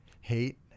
hate